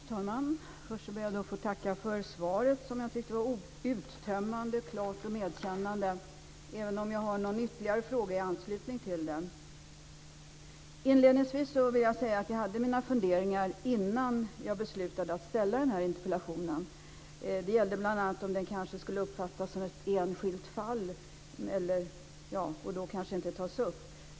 Fru talman! Först ber jag att få tacka för svaret som jag tyckte var uttömmande, klart och medkännande, även om jag har någon ytterligare fråga i anslutning till den. Inledningsvis vill jag säga att jag hade mina funderingar innan jag beslutade att ställa den här interpellation. Det gällde bl.a. om den kanske skulle uppfattas som ett enskilt fall och då kanske inte tas upp.